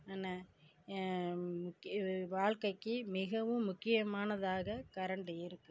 என்ன வாழ்க்கைக்கு மிகவும் முக்கியமானதாக கரண்ட் இருக்குது